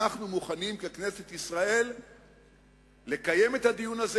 אנחנו מוכנים ככנסת ישראל לקיים את הדיון הזה.